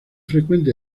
frecuente